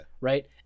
Right